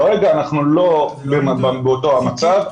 כרגע אנחנו לא באותו המצב,